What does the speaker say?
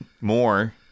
more